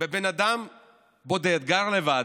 בבן אדם בודד, גר לבד,